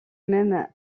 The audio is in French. même